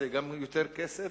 זה גם יותר כסף,